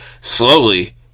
Slowly